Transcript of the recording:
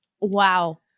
Wow